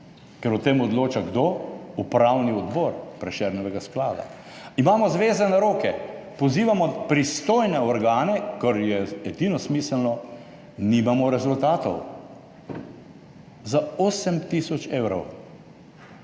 ker o tem odloča kdo. Upravni odbor Prešernovega sklada. Imamo zvezane roke, pozivamo pristojne organe, kar je edino smiselno, nimamo rezultatov za 8 tisoč evrov.